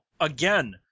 Again